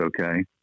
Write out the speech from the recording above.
okay